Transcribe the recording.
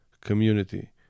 community